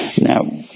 Now